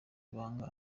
ibanga